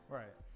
right